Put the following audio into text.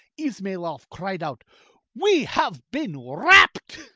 izmailoff cried out we have been rapped!